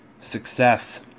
success